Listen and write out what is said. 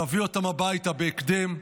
להביא אותם הביתה בהקדם.